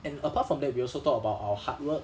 and apart from that we also talk about our hard work